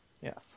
Yes